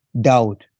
doubt